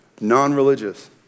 non-religious